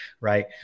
right